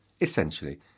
Essentially